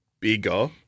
bigger